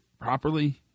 properly